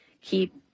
keep